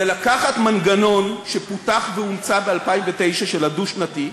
זה לקחת מנגנון שפותח והומצא ב-2009, של הדו-שנתי,